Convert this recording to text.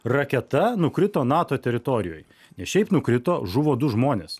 raketa nukrito nato teritorijoj ne šiaip nukrito žuvo du žmonės